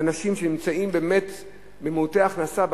אנשים שהם באמת מעוטי הכנסה,